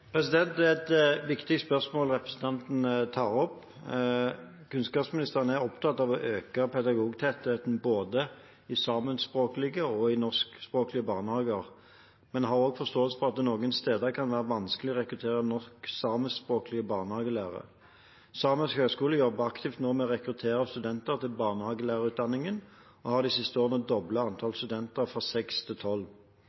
Det er et viktig spørsmål representanten tar opp. Kunnskapsministeren er opptatt av å øke pedagogtettheten i både samiskspråklige og norskspråklige barnehager, men har også forståelse for at det noen steder kan være vanskelig å rekruttere nok samiskspråklige barnehagelærere. Samisk høgskole jobber nå aktivt med å rekruttere studenter til barnehagelærerutdanningen og har de siste årene